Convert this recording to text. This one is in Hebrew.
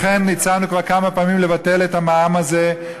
ולכן הצענו כבר כמה פעמים לבטל את המע"מ על דירה יחידה ראשונה.